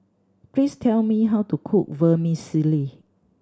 please tell me how to cook Vermicelli